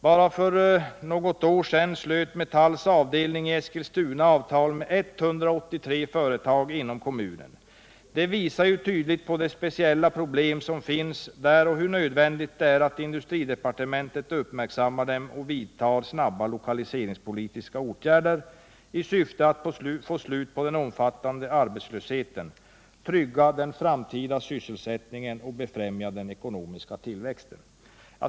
Bara för något år sedan slöt Metalls avdelning i Eskilstuna avtal med 183 företag inom kommunen. Detta visar tydligt på de speciella problem som finns där och hur nödvändigt det är att industridepartementet uppmärksammar dem och vidtar snabba lokaliseringspolitiska åtgärder i syfte att få slut på den omfattande arbetslösheten, trygga den framtida sysselsättningen och befrämja den ekonomiska tillväxten.